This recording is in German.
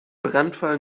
brandfall